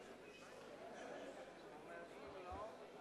בשמות חברי הכנסת)